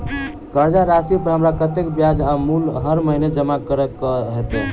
कर्जा राशि पर हमरा कत्तेक ब्याज आ मूल हर महीने जमा करऽ कऽ हेतै?